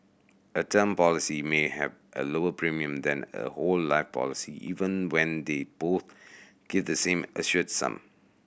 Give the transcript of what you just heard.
a term policy may have a lower premium than a whole life policy even when they both give the same assured sum